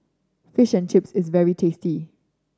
Fish and Chips is very tasty